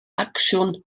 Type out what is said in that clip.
acsiwn